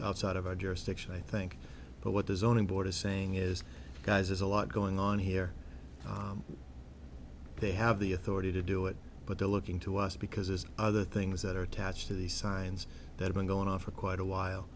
outside of our jurisdiction i think but what does owning board is saying is guys there's a lot going on here they have the authority to do it but they're looking to us because other things that are attached to the signs that have been going off for quite a while